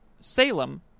Salem